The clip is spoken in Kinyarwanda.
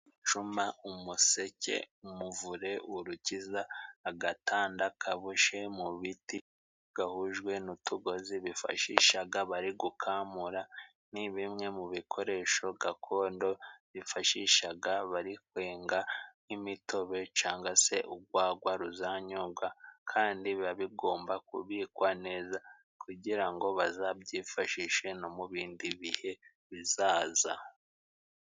Cuma ,umuseke ,umuvure ,urukiza, agatanda, kaboshye mu biti gahujwe n'utugozi bifashishaga bari gukamura ni bimwe mu bikoresho gakondo bifashishaga bari kwenga nk'imitobe canga se ugwagwa ruzanyobwa kandi biba bigomba kubikwa neza kugira ngo bazabyifashishe no mu bindi bihe bizaza.